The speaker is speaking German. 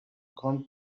kommt